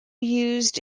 used